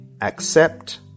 accept